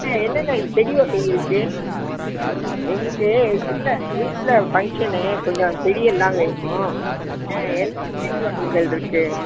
ஆ என்னென்ன செடி வகை இருக்குது எங்களுக்கு வீட்டில் வீட்டில் ஃபங்க்ஷனு கொஞ்சம் செடியெல்லாம் வேணும் ஆ என்னென்ன செடி வகைகள் இருக்குது